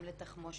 גם לתחמושת,